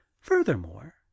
furthermore